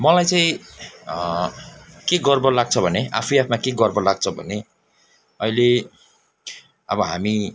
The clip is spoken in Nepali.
मलाई चाहिँ के गर्व लाग्छ भने आफै आफमा के गर्व लाग्छ भने अहिले अब हामी